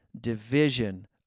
division